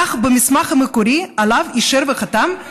כך במסמך המקורי שאישר ועליו חתם,